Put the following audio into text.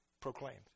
proclaimed